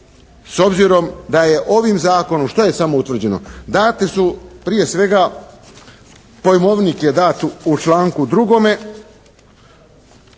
s obzirom da je ovim Zakonom, što je samo utvrđeno? Dati su, prije svega pojmovnik je dat u članku 2.